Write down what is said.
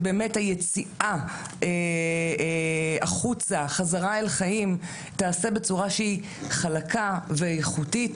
שבאמת היציאה החוצה חזרה אל חיים תיעשה בצורה שהיא חלקה ואיכותית,